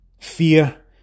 fear